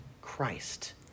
Christ